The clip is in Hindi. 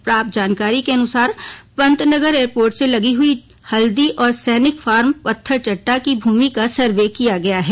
प्राप्त जानकारी के अनुसार पंतनगर एयरपोर्ट से लगी हुई हल्दी और सैनिक फार्म पथरचट्टा की भूमि का सर्वे किया गया है